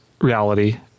reality